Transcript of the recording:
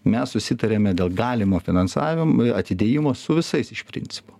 mes susitarėme dėl galimo finansavim atidėjimo su visais iš principo